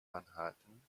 anhalten